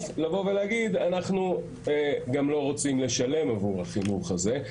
לבוא ולהגיד אנחנו גם לא רוצים לשלם עבור החינוך הזה.